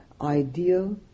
ideal